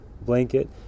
blanket